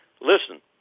listen